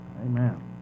Amen